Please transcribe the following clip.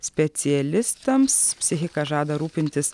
specialistams psichika žada rūpintis